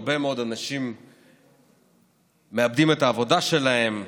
הרבה מאוד אנשים מאבדים את העבודה שלהם,